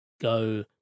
go